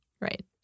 Right